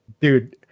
Dude